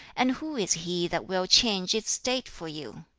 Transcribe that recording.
and who is he that will change its state for you?